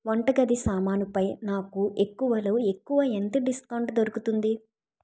వంటగది సామానుపై నాకు ఎక్కువలో ఎక్కువ ఎంత డిస్కౌంట్ దొరుకుతుంది